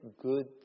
good